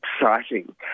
exciting